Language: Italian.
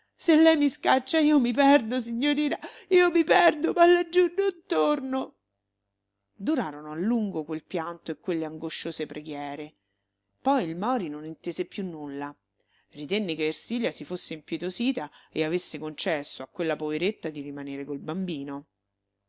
se lei mi scaccia io mi perdo signorina io mi perdo ma laggiù non torno durarono a lungo quel pianto e quelle angosciose preghiere poi il mori non intese più nulla ritenne che ersilia si fosse impietosita e avesse concesso a quella poveretta di rimanere col bambino